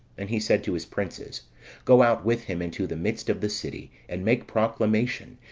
and he said to his princes go out with him into the midst of the city, and make proclamation,